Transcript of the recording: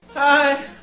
Hi